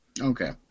Okay